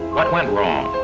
what went wrong?